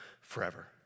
forever